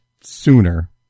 sooner